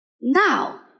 Now